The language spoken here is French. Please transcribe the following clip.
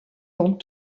dans